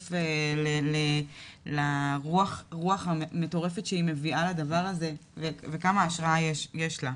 ולהיחשף לרוח המטורפת שהיא מביאה לדבר הזה וכמה השראה יש לה.